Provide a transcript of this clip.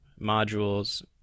modules